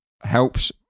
helps